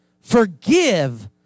forgive